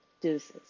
Deuces